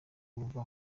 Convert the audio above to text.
urumva